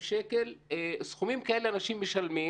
סכומים כאלה אנשים משלמים,